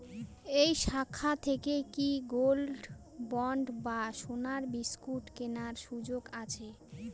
এই শাখা থেকে কি গোল্ডবন্ড বা সোনার বিসকুট কেনার সুযোগ আছে?